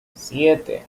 siete